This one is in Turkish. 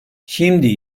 şimdi